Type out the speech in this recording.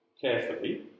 carefully